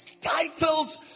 Titles